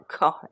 God